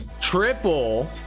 triple